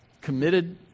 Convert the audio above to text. committed